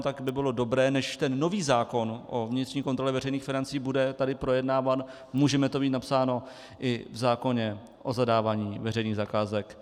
Tak by bylo dobré, než ten nový zákon o vnitřní kontrole veřejných financí bude tady projednáván, můžeme to mít napsáno i v zákoně o zadávání veřejných zakázek.